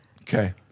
okay